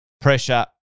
pressure